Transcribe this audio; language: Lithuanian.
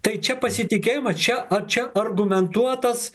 tai čia pasitikėjimas čia ar čia argumentuotas